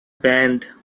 banned